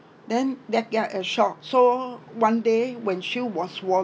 then that ya a shock so one day when she was warded